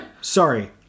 sorry